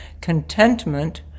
contentment